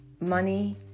money